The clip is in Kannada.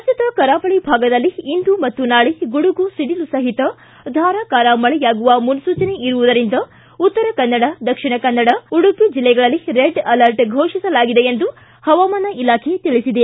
ರಾಜ್ಡದ ಕರಾವಳಿ ಭಾಗದಲ್ಲಿ ಇಂದು ಮತ್ತು ನಾಳೆ ಗುಡುಗು ಸಿಡಿಲು ಸಹಿತ ಧಾರಾಕಾರ ಮಳೆಯಾಗುವ ಮುನಸೂಚನೆ ಇರುವುದರಿಂದ ಉತ್ತರ ಕನ್ನಡ ದಕ್ಷಿಣ ಕನ್ನಡ ಉಡುಪಿ ಜಿಲ್ಲೆಗಳಲ್ಲಿ ರೆಡ್ ಅಲರ್ಟ್ ಘೋಷಿಸಲಾಗಿದೆ ಎಂದು ಪವಾಮಾನ ಇಲಾಖೆ ತಿಳಿಸಿದೆ